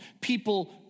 People